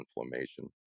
inflammation